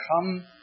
come